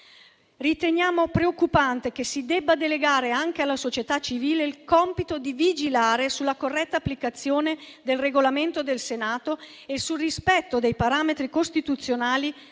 Riteniamo preoccupante che si debba delegare anche alla società civile il compito di vigilare sulla corretta applicazione del Regolamento del Senato e sul rispetto dei parametri costituzionali